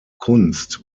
kunst